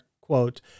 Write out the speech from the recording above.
quote